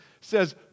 says